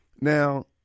Now